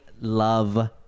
love